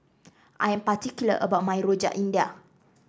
I am particular about my Rojak India